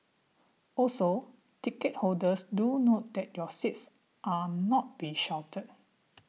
also ticket holders do note that your seats are not be sheltered